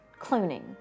cloning